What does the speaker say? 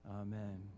Amen